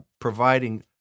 providing